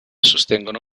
sostengono